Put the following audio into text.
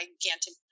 gigantic